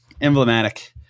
Emblematic